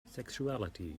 sexuality